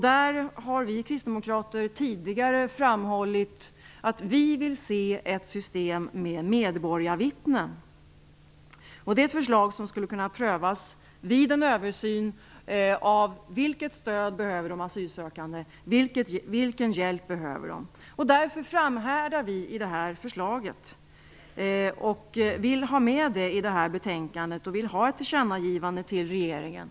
Där har vi kristdemokrater tidigare framhållit att vi vill se ett system med medborgarvittnen. Det är ett förslag som skulle kunna prövas vid en översyn av vilket stöd och hjälp de asylsökande behöver. Därför framhärdar vi i det här förslaget och vill ha ett tillkännagivande till regeringen.